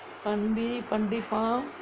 பண்டி பண்டி:pandi pandi farm